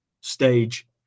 stage